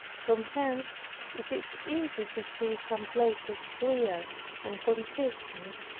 from whence it is easy to see some places clear and consistent,